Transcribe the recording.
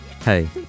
Hey